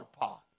pot